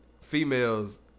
females